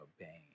obeying